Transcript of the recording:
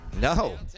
No